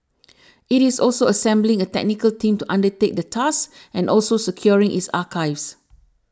it is also assembling a technical team to undertake the task and also securing its archives